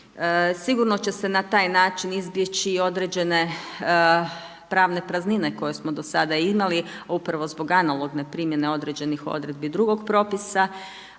Sigurno će se na taj način izbjeći i određene pravne praznine koje smo do sada imali, a upravo zbog analogne primjene određenih odredbi drugog propisa,